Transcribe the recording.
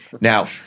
Now